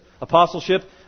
Apostleship